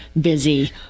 busy